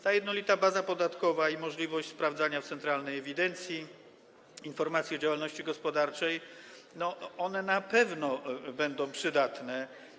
Ta jednolita baza podatkowa i możliwość sprawdzania danych w Centralnej Ewidencji i Informacji o Działalności Gospodarczej na pewno będą przydatne.